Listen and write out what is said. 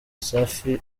safi